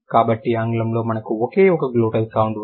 కాబట్టి ఆంగ్లంలో మనకు ఒకే ఒక గ్లోటల్ సౌండ్ ఉంది